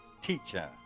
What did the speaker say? teacher